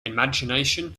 imagination